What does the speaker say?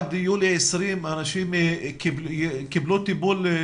ועד יולי 20' האנשים קיבלו טיפול בשיבא?